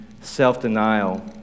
self-denial